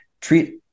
treat